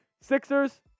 Sixers